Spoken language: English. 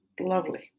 lovely